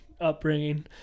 upbringing